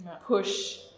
push